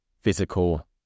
physical